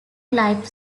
life